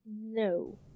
No